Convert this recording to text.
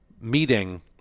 meeting